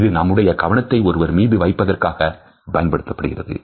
இது நம்முடைய கவனத்தை ஒருவர் மீது வைப்பதற்காகவும் பயன்படுகிறது